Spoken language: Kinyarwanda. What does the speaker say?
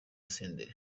senderi